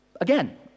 Again